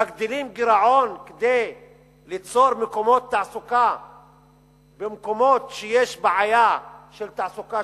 מגדילים גירעון כדי ליצור מקומות תעסוקה במקומות שיש בעיה של תעסוקה,